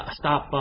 stop